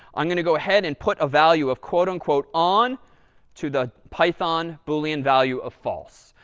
i'm going to go ahead and put a value of quote-unquote on to the python boolean value of false.